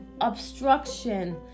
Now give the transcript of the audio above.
obstruction